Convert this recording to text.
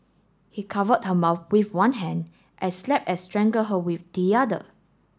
he covered her mouth with one hand and slapped and strangled her with the other